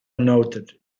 noted